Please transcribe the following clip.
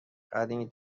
قدیمی